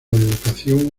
educación